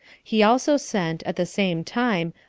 he also sent, at the same time,